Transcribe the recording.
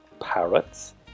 Parrots